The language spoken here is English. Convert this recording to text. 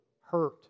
hurt